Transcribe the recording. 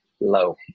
low